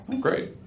Great